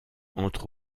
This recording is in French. entre